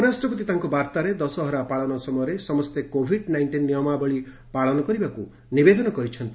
ଉପରାଷ୍ଟ୍ରପତି ତାଙ୍କ ବାର୍ତ୍ତାରେ ଦଶହରା ପାଳନ ସମୟରେ ସମସ୍ତେ କୋଭିଡ୍ ନାଇଷ୍ଟିନ୍ ନିୟମାବଳୀ ପାଳନ କରିବାକୁ ନିବେଦନ କରିଛନ୍ତି